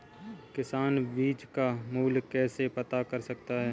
किसान बीज का मूल्य कैसे पता कर सकते हैं?